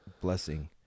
blessing